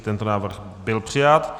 Tento návrh byl přijat.